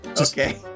Okay